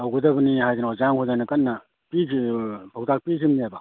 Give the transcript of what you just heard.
ꯇꯧꯒꯗꯕꯅꯤ ꯍꯥꯏꯗꯅ ꯑꯣꯖꯥ ꯃꯈꯩꯗ ꯑꯩꯅ ꯀꯟꯅ ꯄꯥꯎꯇꯥꯛ ꯄꯤꯈꯤꯝꯅꯦꯕ